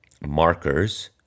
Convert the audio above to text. markers